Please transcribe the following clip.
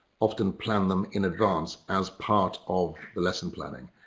often plan them in advance as part of the lesson planning.